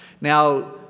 Now